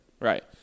Right